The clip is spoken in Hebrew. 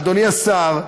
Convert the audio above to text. אדוני השר,